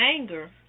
Anger